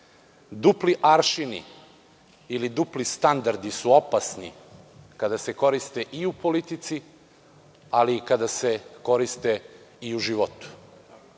radi. Dupli aršini ili dupli standardi su opasni kada se koriste i u politici, ali i kada se koriste u životu.